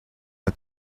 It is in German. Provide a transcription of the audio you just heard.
der